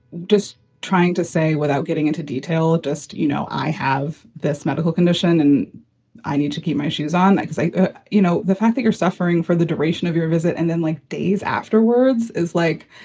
just trying to say without getting into detail, just, you know, i have this medical condition and i need to keep my shoes on because, you know, the fact that you're suffering for the duration of your visit and then like days afterwards is like,